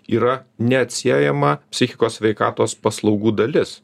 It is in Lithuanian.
yra neatsiejama psichikos sveikatos paslaugų dalis